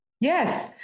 Yes